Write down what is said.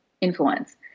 influence